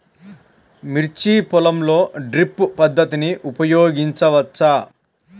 మిర్చి పొలంలో డ్రిప్ పద్ధతిని ఉపయోగించవచ్చా?